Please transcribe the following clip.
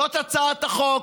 זאת הצעת החוק.